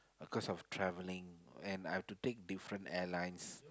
cause of travelling and I have to take different airlines